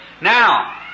Now